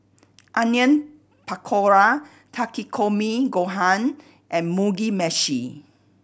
Onion Pakora Takikomi Gohan and Mugi Meshi